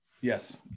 Yes